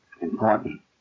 Important